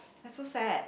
I so sad